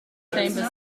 chambers